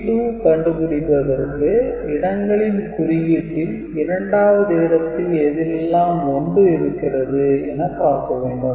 P2 கண்டுபிடிப்பதற்கு இடங்களின் குறியீட்டில் இரண்டாவது இடத்தில் எதிலெல்லாம் 1 இருக்கிறது என பார்க்க வேண்டும்